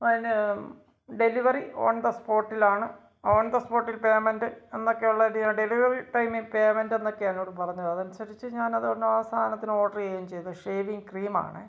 അതിന് delivery on the സ്പോട്ടിലാണ് on the സ്പോട്ടില് പേമെന്റ് എന്നൊക്കെയുള്ള ഡെലിവറി ടൈമില് പേമെന്റ് എന്നൊക്കെയാണ് എന്നോട് പറഞ്ഞത് അതനുസരിച്ച് ഞാനത് ആ സാധനത്തിന് ഓര്ഡർ ചെയ്യുകയും ചെയ്തു ഷേവിംഗ് ക്രീം ആണെങ്കിൽ